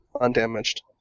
undamaged